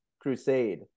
crusade